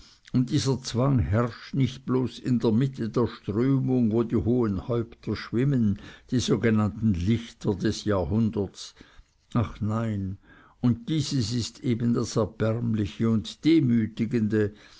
dieser zwang herrscht nicht bloß in der mitte der strömung wo die hohen häupter schwimmen die sogenannten lichter des jahrhunderts ach nein und dieses ist eben das erbärmliche und demütigende